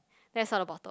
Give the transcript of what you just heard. that's out the bottle